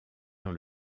dans